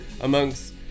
amongst